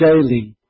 daily